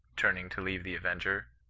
turning to leave the avenger,